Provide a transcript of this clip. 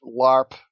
LARP